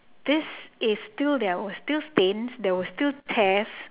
this is still there were still stains there were still tears